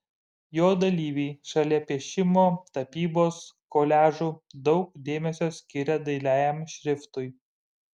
jo dalyviai šalia piešimo tapybos koliažų daug dėmesio skiria dailiajam šriftui